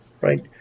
right